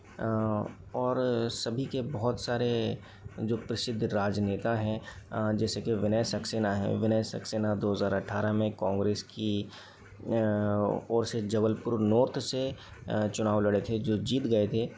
और सभी के बोहोत सारे जो प्रसिद्ध राजनेता हैं जैसे कि विनय सक्सेना हैं विनय सक्सेना दो हज़ार अठारह में कांग्रेस की ओर से जबलपुर नॉर्थ से चुनाव लड़े थे जो जीत गए थे